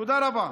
תודה רבה.